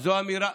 זו אמירה,